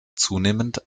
zunehmend